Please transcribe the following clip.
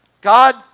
God